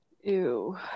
ew